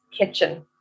kitchen